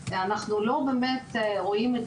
אנחנו לא באמת רואים את